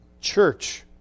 church